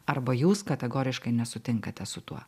arba jūs kategoriškai nesutinkate su tuo